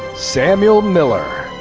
samuel miller.